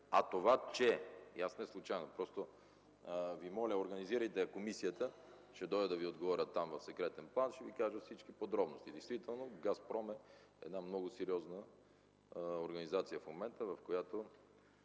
диверсифициран. Неслучайно Ви моля, организирайте комисията, ще дойда да Ви отговоря там в секретен план, ще Ви кажа всички подробности. Действително „Газпром” е една много сериозна организация в момента.